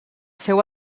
seu